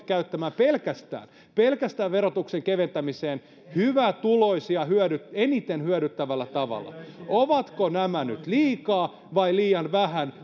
käyttämään pelkästään pelkästään verotuksen keventämiseen hyvätuloisia eniten hyödyttävällä tavalla ovatko nämä nyt liikaa vai liian vähän